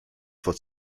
for